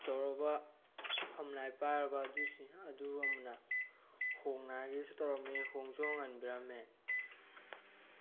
ꯆꯥꯎꯔꯕ ꯐꯝꯅꯥꯏ ꯄꯥꯏꯔꯕ ꯑꯗꯨꯁꯤꯡ ꯑꯗꯨ ꯑꯃꯅ ꯍꯣꯡꯅꯉꯥꯏꯁꯨ ꯇꯧꯔꯝꯃꯤ ꯍꯣꯡꯁꯨ ꯍꯣꯡꯍꯟꯕꯤꯔꯝꯃꯦ